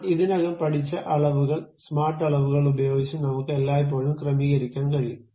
നാം ഇതിനകം പഠിച്ച അളവുകൾ സ്മാർട്ട് അളവുകൾ ഉപയോഗിച്ച് നമുക്ക് എല്ലായ്പ്പോഴും ക്രമീകരിക്കാൻ കഴിയും